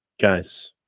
guys